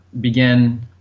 begin